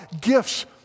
gifts